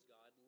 God